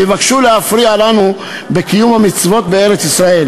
ויבקשו להפריע לנו בקיום המצוות בארץ-ישראל